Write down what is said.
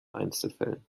einzelfällen